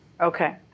Okay